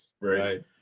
Right